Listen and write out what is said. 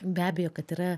be abejo kad yra